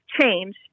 change